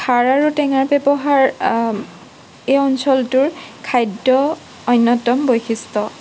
খাৰ আৰু টেঙাৰ ব্যৱহাৰ এই অঞ্চলটোৰ খাদ্যৰ অন্যতম বৈশিষ্ট্য